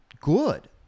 good